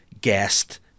guest